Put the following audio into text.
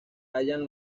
hallan